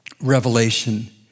Revelation